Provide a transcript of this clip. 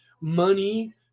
money